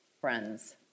friends